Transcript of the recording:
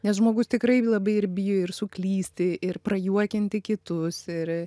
nes žmogus tikrai labai ir bijo ir suklysti ir prajuokinti kitus ir